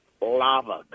lava